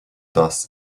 das